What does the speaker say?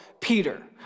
Peter